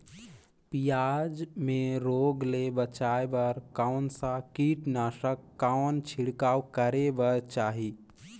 पियाज मे रोग ले बचाय बार कौन सा कीटनाशक कौन छिड़काव करे बर चाही?